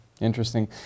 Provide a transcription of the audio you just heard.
Interesting